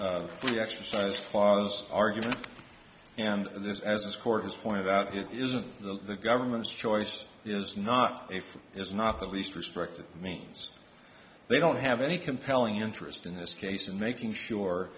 free exercise clause argument and this as this court has pointed out it isn't the government's choice is not if it's not the least restrictive means they don't have any compelling interest in this case and making sure